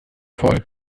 voll